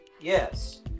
Yes